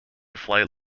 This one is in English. flight